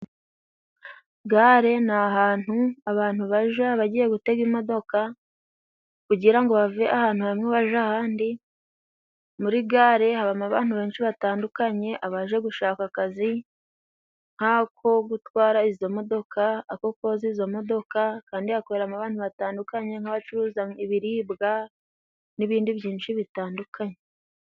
Gare ni ahantu abantu baja bagiye gutega imodoka kugira ngo bave ahantu hamwe baja ahandi. Muri gare habamo abantu benshi batandukanye. Abaje gushaka akazi nk'ako gutwara izo modoka abo koza izo modoka, kandi hakoreramo abantu batandukanye nk'abacuruza ibiribwa, n'ibindi byinshi bitandukanye.